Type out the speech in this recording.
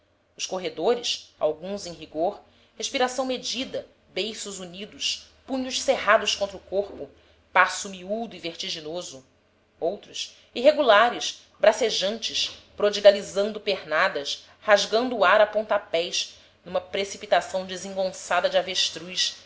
os corredores alguns em rigor respiração medida beiços unidos punhos cerrados contra o corpo passo miúdo e vertiginoso outros irregulares bracejantes prodigalizando pernadas rasgando o ar a pontapés numa precipitação desengonçada de avestruz